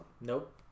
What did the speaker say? Nope